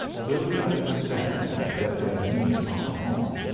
will he understand that they mean our home?